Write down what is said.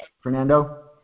Fernando